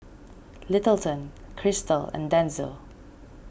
Littleton Crystal and Denzil